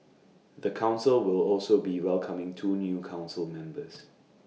the Council will also be welcoming two new Council members